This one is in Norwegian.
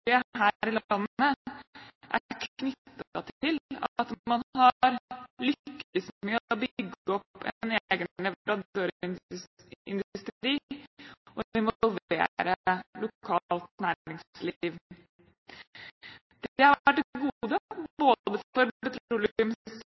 til at man har lyktes med å bygge opp en egen leverandørindustri og involvere lokalt næringsliv. Det har vært et gode både for petroleumsindustrien og